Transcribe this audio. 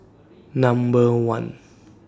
Number one